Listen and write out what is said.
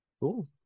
Cool